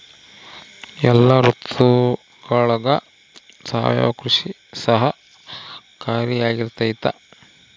ಎಲ್ಲ ಋತುಗಳಗ ಸಾವಯವ ಕೃಷಿ ಸಹಕಾರಿಯಾಗಿರ್ತೈತಾ?